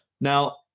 Now